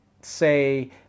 Say